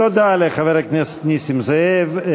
תודה לחבר הכנסת נסים זאב.